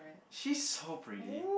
she's so pretty